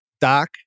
Doc